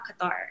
Qatar